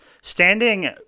standing